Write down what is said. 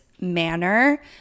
manner